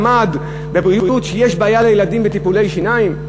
למד שיש בעיה לילדים בטיפולי שיניים?